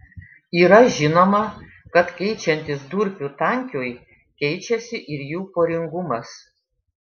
yra žinoma kad keičiantis durpių tankiui keičiasi ir jų poringumas